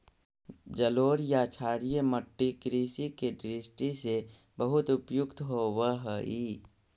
जलोढ़ या क्षारीय मट्टी कृषि के दृष्टि से बहुत उपयुक्त होवऽ हइ